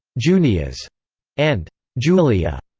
junia s and julia,